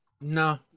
No